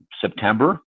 September